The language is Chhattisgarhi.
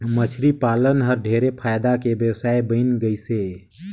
मछरी पालन हर ढेरे फायदा के बेवसाय बन गइस हे